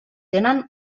tenen